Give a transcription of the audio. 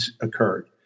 occurred